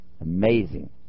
Amazing